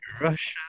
Russia